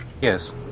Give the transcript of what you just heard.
Yes